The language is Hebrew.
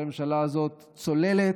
שהממשלה הזאת צוללת,